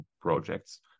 projects